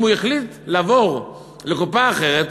אם הוא החליט לעבור לקופה אחרת,